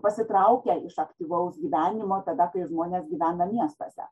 pasitraukia iš aktyvaus gyvenimo tada kai žmonės gyvena miestuose